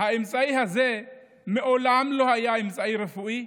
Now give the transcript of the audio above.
האמצעי הזה מעולם לא היה אמצעי רפואי,